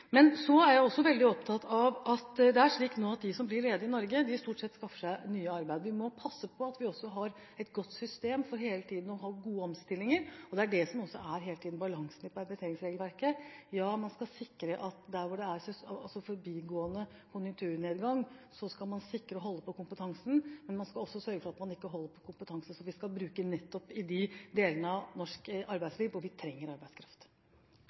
Men så er jeg også veldig opptatt av at det er slik nå at de som blir ledige i Norge, stort sett skaffer seg nytt arbeid. Vi må passe på at vi også har et godt system for hele tiden å ha gode omstillinger, og det er det som hele tiden er balansen i permitteringsregelverket: Ja, der hvor det er forbigående konjunkturnedgang, skal man sikre og holde på kompetansen, men man skal også sørge for at man ikke holder på kompetansen som man kan bruke i de delene av norsk arbeidsliv hvor vi trenger arbeidskraft.